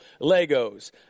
Legos